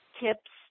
tips